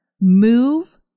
move